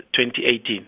2018